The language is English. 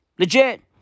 Legit